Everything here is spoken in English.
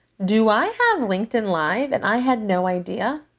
do i have linkedin live and i had no idea?